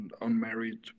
unmarried